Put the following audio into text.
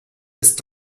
ist